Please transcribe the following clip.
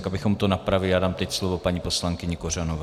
Tak abychom to napravili, dám teď slovo paní poslankyni Kořanové.